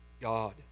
God